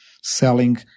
selling